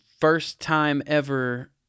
first-time-ever